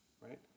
right